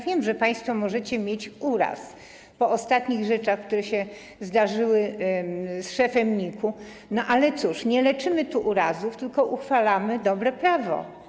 Wiem, że państwo możecie mieć uraz po ostatnich rzeczach, które zdarzyły się z szefem NIK-u, ale cóż, nie leczymy tu urazów, tylko uchwalamy dobre prawo.